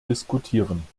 diskutieren